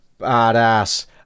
Badass